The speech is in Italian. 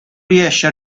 riesce